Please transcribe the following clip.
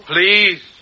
Please